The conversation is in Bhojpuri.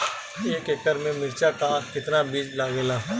एक एकड़ में मिर्चा का कितना बीज लागेला?